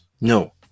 No